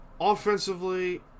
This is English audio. offensively